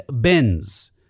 bins